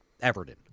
Everton